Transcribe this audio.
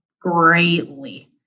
greatly